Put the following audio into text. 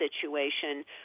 situation